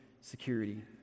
security